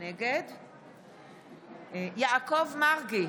יעקב מרגי,